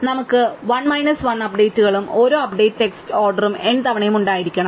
അതിനാൽ നമുക്ക് 1 മൈനസ് 1 അപ്ഡേറ്റുകളും ഓരോ അപ്ഡേറ്റ് ടെക്സ്റ്റ് ഓർഡറും n തവണയും ഉണ്ടായിരിക്കണം